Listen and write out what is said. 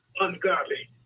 ungodly